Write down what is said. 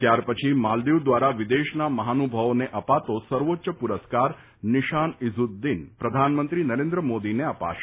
ત્યાર પછી માલદિવ દ્વારા વિદેશના મહાનુભાવોને અપાતો સર્વોચ્ચ પુરસ્કાર નિશાન ઇઝ્ઝદ્ધિન પ્રધાનમંત્રી નરેન્દ્ર મોદીને અપાશે